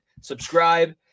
subscribe